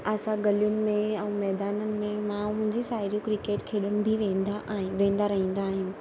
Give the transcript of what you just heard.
असां गलियुनि में ऐं मैदाननि में मां ऐं मुंहिंजी साहेड़ियूं क्रिकेट खेॾंदा वेंदा आहिनि वेंदा रहंदा आहियूं